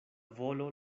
volo